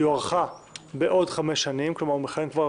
היא הוארכה בעוד חמש שנים כלומר הוא מכהן כבר